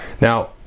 Now